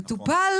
המטופל